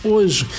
Hoje